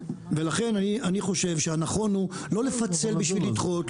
ולכן אני חושב שהנכון הוא לא לפצל בשביל לדחות,